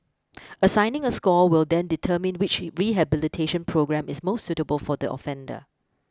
assigning a score will then determine which rehabilitation programme is most suitable for the offender